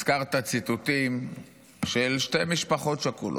הזכרת ציטוטים של שתי משפחות שכולות.